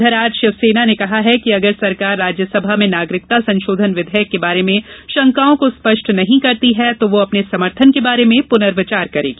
उधर आज शिवसेना ने कहा है कि अगर सरकार राज्यसभा में नागरिकता संशोधन विधेयक के बारे में शंकाओं को स्पष्ट नहीं करती तो वह अपने समर्थन के बारे में पुनर्विचार करेगी